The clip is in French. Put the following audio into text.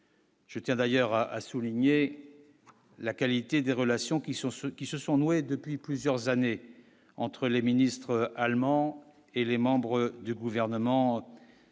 Je tiens d'ailleurs à souligner la qualité des relations qui sont ceux qui se sont nouées depuis plusieurs années entre les ministres allemand et les membres du gouvernement.